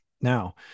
Now